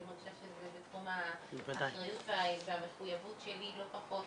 אני מרגישה שזה בתחום האחריות והמחויבות שלי לא פחות,